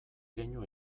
keinu